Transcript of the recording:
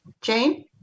Jane